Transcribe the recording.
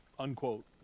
Unquote